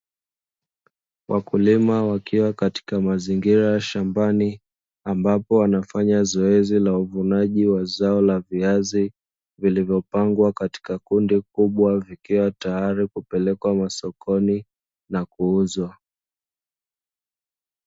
Wakulima wakiwa katika mazingira ya shambani, ambapo wanafanya zoezi la uvunaji wa zao la viazi vilivyopangwa katika kundi kubwa, vikiwa tayari kupelekwa masokoni na kuuzwa.